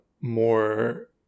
more